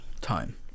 time